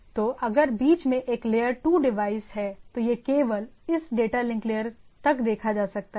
तो अगर बीच में एक लेयर 2 डिवाइस है तो यह केवल इस डेटा लिंक लेयर तक देखा जा सकता था